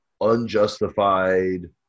unjustified